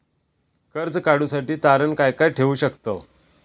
कर्ज काढूसाठी तारण काय काय ठेवू शकतव?